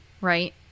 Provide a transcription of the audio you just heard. right